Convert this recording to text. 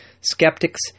Skeptics